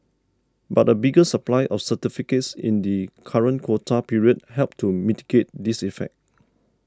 but a bigger supply of certificates in the current quota period helped to mitigate this effect